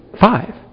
Five